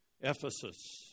Ephesus